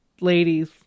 ladies